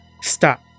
stop